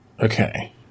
Okay